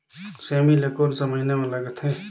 सेमी ला कोन सा महीन मां लगथे?